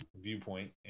viewpoint